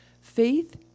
faith